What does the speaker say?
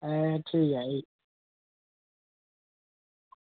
एह् ठीक ऐ भी